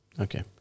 Okay